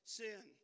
sin